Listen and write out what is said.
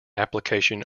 application